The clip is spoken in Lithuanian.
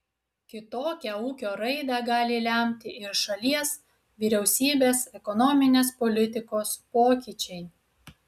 kitokią ūkio raidą gali lemti ir šalies vyriausybės ekonominės politikos pokyčiai